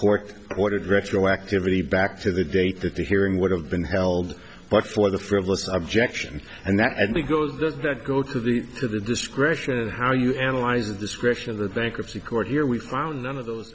court ordered retroactivity back to the date that the hearing would have been held by for the frivolous objection and that and we go that go to the to the discretion of how you analyze the description of the bankruptcy court here we found none of those